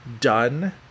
done